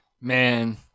man